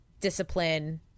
discipline